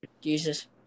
Jesus